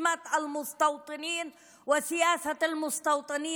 ביכולתו להמשיך לשרת את המתנחלים והמדיניות של המתנחלים,